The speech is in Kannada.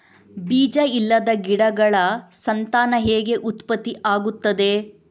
ಬೀಜ ಇಲ್ಲದ ಗಿಡಗಳ ಸಂತಾನ ಹೇಗೆ ಉತ್ಪತ್ತಿ ಆಗುತ್ತದೆ?